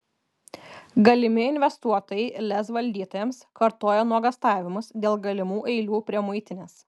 galimi investuotojai lez valdytojams kartojo nuogąstavimus dėl galimų eilių prie muitinės